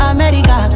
America